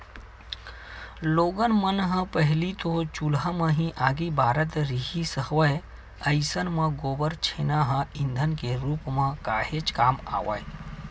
लोगन मन ह पहिली तो चूल्हा म ही आगी बारत रिहिस हवय अइसन म गोबर छेना ह ईधन के रुप म काहेच काम आवय